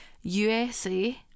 USA